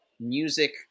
music